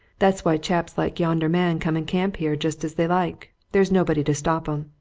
that's why chaps like yonder man come and camp here just as they like there's nobody to stop em.